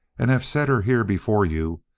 and have set her here before you,